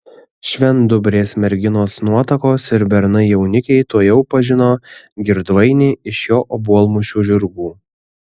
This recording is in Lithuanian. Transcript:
švendubrės merginos nuotakos ir bernai jaunikiai tuojau pažino girdvainį iš jo obuolmušių žirgų